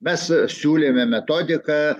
mes siūlėme metodiką